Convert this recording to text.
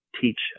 teach